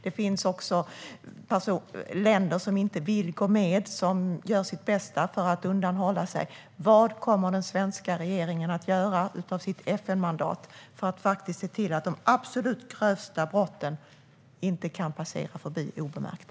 Det finns också länder som inte vill gå med och som gör sitt bästa för att hålla sig undan. Vad kommer den svenska regeringen att göra av sitt FN-mandat för att se till att de absolut grövsta brotten inte kan passera obemärkta?